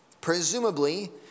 Presumably